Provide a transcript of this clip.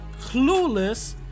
clueless